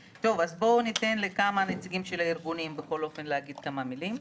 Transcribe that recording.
נאפשר לכמה נציגים של הארגונים להגיד כמה מילים.